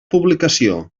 publicació